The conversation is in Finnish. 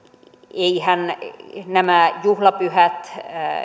eiväthän nämä juhlapyhät